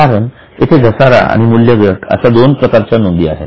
कारण येथे घसारा आणि मूल्य घट अशा दोन प्रकारच्या नोंदी आहेत